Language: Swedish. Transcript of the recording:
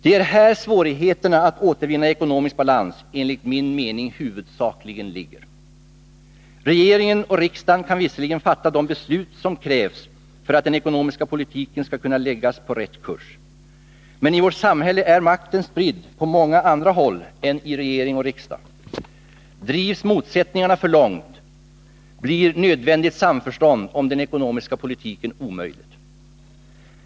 Det är här svårigheterna att återvinna ekonomisk balans enligt min mening huvudsakligen ligger. Regeringen och riksdagen kan visserligen fatta de beslut som krävs för att den ekonomiska politiken skall kunna läggas på rätt kurs, men i vårt samhälle är makten spridd på många andra håll än i regering och riksdag. Drivs motsättningarna för långt, blir nödvändigt samförstånd om den ekonomiska politiken omöjligt.